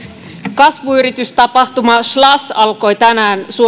kasvuyritystapahtuma slush alkoi tänään